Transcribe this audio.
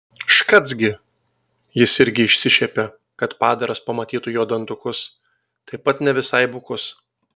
škac gi jis irgi išsišiepė kad padaras pamatytų jo dantukus taip pat ne visai bukus